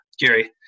jerry